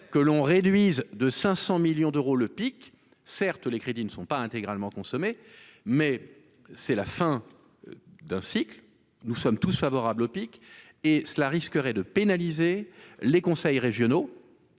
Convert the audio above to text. que l'on réduise de 500 millions d'euros, le pique certes les crédits ne sont pas intégralement consommée, mais c'est la fin d'un cycle, nous sommes tous favorables au pic et cela risquerait de pénaliser les conseils régionaux